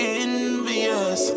envious